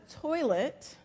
toilet